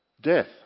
death